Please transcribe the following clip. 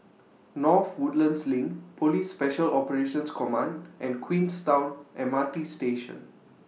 North Woodlands LINK Police Special Operations Command and Queenstown M R T Station